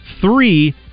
three